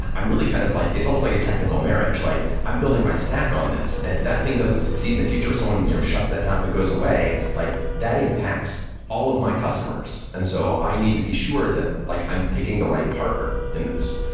i'm really kind of like it's almost like a technical marriage. like i'm building my stack on this, and if that thing doesn't succeed in the future, if someone your you know shuts that down, if it goes away, like that impacts all of my customers. and so i need to be sure that like i'm picking the right partner in this.